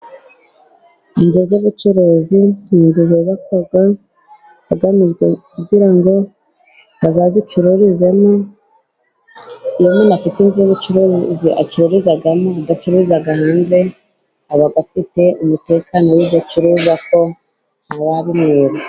Inzu z'ubucuruzi ni inzu zubakwa hagamijwe kugira ngo bazazicururizemo, iyo umuntu afite inzu y'ubucuruzi acururizamo adacururiza hanze, aba afite umutekano w'ibyo acuruza kuko ntawabimwiba.